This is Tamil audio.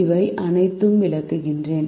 இவை அனைத்தையும் விளக்குகிறேன்